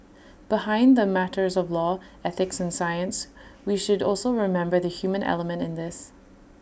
behind the matters of law ethics and science we should also remember the human element in this